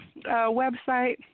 website